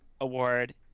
Award